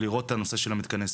לראות את הנושא של מתקני הספורט.